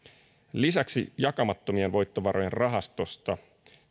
lisäksi jakamattomien voittovarojen rahastosta